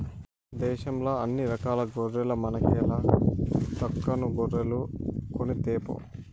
దేశంల అన్ని రకాల గొర్రెల మనకేల దక్కను గొర్రెలు కొనితేపో